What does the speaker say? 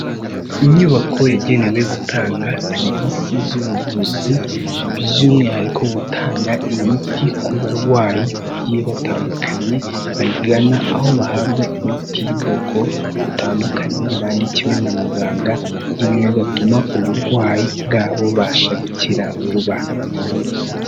Inyubako yagenewe gutanga serivisi z'ubuvuzi by'umwihariko gutanga imiti ku barwayi bagiye batandukanye bayigana aho bahabwa imiti y'ubwoko butandukanye bandikiwe na muganga, ibi bigatuma uburwayi bwabo bubasha gukira vuba.